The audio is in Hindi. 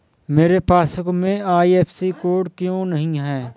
मेरे पासबुक में आई.एफ.एस.सी कोड क्यो नहीं है?